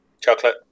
Chocolate